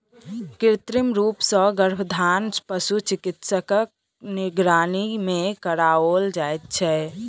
कृत्रिम रूप सॅ गर्भाधान पशु चिकित्सकक निगरानी मे कराओल जाइत छै